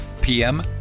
PM